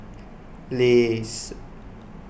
Lays